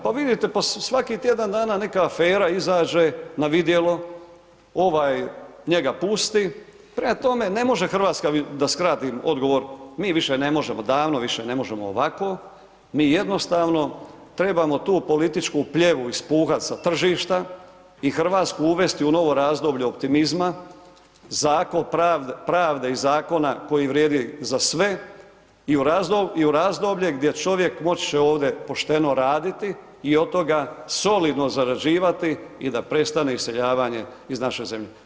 Pa vidite po svaki tjedan dana neka afera izađe na vidjelo, ovaj njega pusti, prema tome, ne može Hrvatska da skratim odgovor, mi više ne možemo, davno više ne možemo ovako, mi jednostavno trebamo tu političku pljevu ispuhat sa tržišta i Hrvatsku uvesti u novo razdoblje optimizma, pravde i zakona koji vrijedi za sve i u razdoblje gdje čovjek moći će ovdje pošteno raditi i od toga solidno zarađivati i da prestane iseljavanje iz naše zemlje.